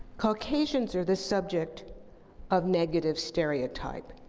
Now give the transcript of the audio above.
caucasians are the subject of negative stereotype